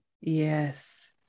Yes